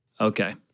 Okay